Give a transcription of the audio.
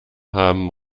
haben